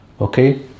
Okay